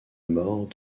mort